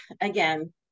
again